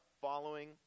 following